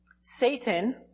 Satan